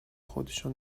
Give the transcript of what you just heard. خودشان